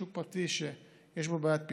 שוק פרטי שיש בו בעיית פיקוח,